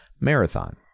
marathon